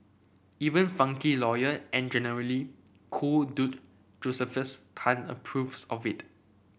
even funky lawyer and generally cool dude Josephus Tan approves of it